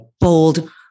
bold